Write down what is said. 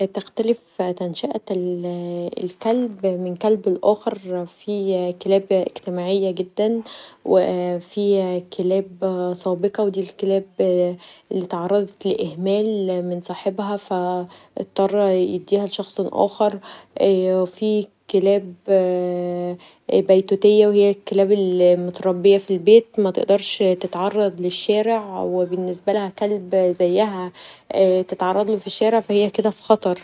تختلف تنشأت الكلب من كلب لاخر في كلاب اجتماعيه جدا و في كلاب سابقه ودي كلاب اتعرضت لاهمال من صاحبها فاضطر يديها لشخص آخر و فيه كلاب بيتوتيه وهي كلاب متربيه في البيت متقدرش تتعرض لشارع و بنسبالها كلب زيها يتعرضلها في الشارع فهي كدا في خطر.